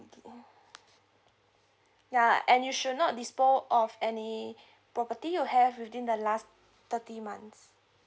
ya and you should not dispose of any property you have within the last thirty months